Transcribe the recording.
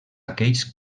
aquells